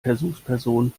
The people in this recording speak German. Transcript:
versuchsperson